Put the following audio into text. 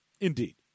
Indeed